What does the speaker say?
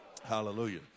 Hallelujah